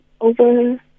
over